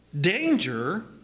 danger